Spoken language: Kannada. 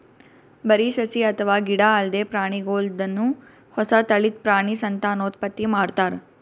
ಬರಿ ಸಸಿ ಅಥವಾ ಗಿಡ ಅಲ್ದೆ ಪ್ರಾಣಿಗೋಲ್ದನು ಹೊಸ ತಳಿದ್ ಪ್ರಾಣಿ ಸಂತಾನೋತ್ಪತ್ತಿ ಮಾಡ್ತಾರ್